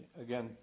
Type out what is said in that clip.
Again